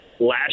last